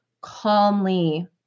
Calmly